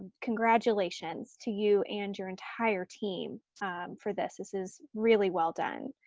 congratulations to you and your entire team for this, this is really well done.